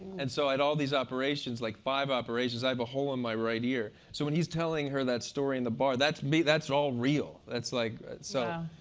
and so i had all these operations, like five operations. i have a hole in my right ear. so when he's telling her that story in the bar, that's me. that's all real. that's like so.